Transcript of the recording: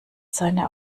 seine